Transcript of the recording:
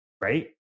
Right